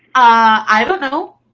i don't know.